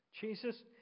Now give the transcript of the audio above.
Jesus